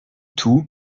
tout